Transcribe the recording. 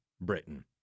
Britain